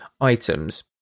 items